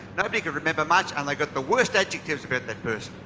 nobody could remember much and they got the worse adjectives about that person.